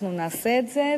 אנחנו נעשה את זה,